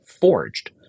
forged